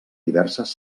diverses